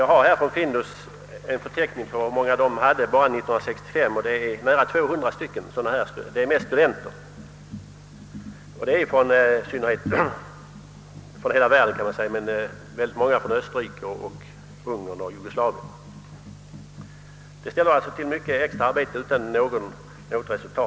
Jag har från Findus fått en förteckning, som visar att detta företag 1965 hade vid pass 200 utländska arbetstagare — mest studenter; åtskilliga av dem har blivit restförda för skatt. Dessa arbetstagare kommer från praktiskt taget hela världen. Särskilt många från Österrike, Ungern och Jugoslavien. Detta medför alltså mycket arbete som inte ger något resultat.